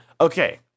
Okay